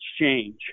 exchange